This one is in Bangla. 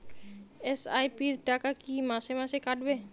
এস.আই.পি র টাকা কী মাসে মাসে কাটবে?